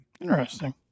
Interesting